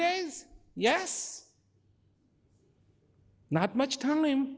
days yes not much time